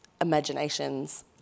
imaginations